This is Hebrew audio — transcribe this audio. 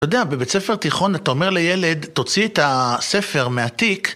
אתה יודע, בבית ספר תיכון אתה אומר לילד, תוציא את הספר מהתיק